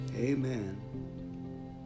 amen